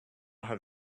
have